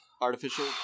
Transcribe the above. artificial